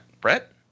Brett